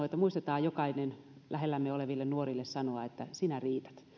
että muistetaan jokainen lähellämme oleville nuorille sanoa että sinä riität